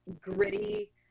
gritty